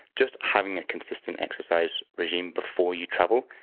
just having a consistent exercise regime before you travel,